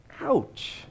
Ouch